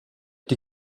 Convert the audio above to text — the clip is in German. die